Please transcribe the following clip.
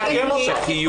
אותו.